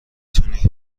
تونی